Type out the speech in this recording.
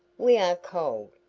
we are cold.